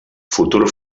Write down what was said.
futur